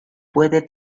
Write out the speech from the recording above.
puede